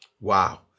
Wow